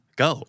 go